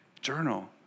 Journal